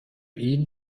ihn